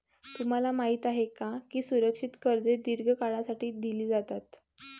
तुम्हाला माहित आहे का की सुरक्षित कर्जे दीर्घ काळासाठी दिली जातात?